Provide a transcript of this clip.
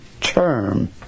term